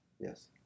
Yes